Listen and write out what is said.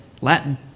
Latin